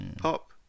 pop